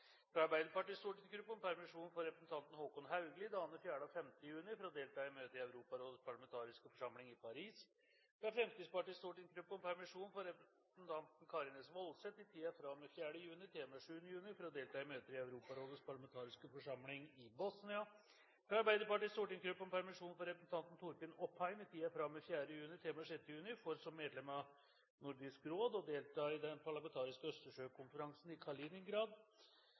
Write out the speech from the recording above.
fra Arbeiderpartiets stortingsgruppe om permisjon for representanten Håkon Haugli i dagene 4. og 5. juni for å delta i møte i Europarådets parlamentariske forsamling i Paris fra Fremskrittspartiets stortingsgruppe om permisjon for representanten Karin S. Woldseth i tiden fra og med 4. juni til og med 7. juni for å delta i møter i Europarådets parlamentariske forsamling i Bosnia fra Arbeiderpartiets stortingsgruppe om permisjon for representanten Torfinn Opheim i tiden fra og med 4. juni til og med 6. juni for, som medlem av Nordisk råd, å delta i Den parlamentariske østersjøkonferansen i Kaliningrad